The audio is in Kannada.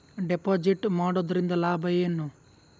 ಡೆಪಾಜಿಟ್ ಮಾಡುದರಿಂದ ಏನು ಲಾಭ?